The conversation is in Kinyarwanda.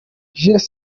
jules